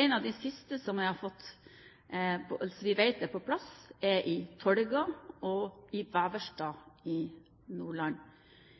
to av de siste stedene hvor vi vet at det er på plass, er i Tolga og i Vevelstad i Nordland.